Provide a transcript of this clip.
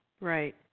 Right